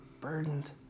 burdened